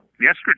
yesterday